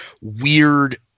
weird